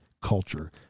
culture